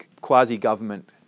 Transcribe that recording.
quasi-government